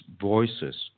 voices